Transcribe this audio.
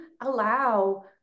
allow